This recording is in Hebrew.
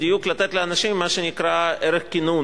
לתת בדיוק לאנשים מה שנקרא ערך כינון.